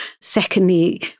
Secondly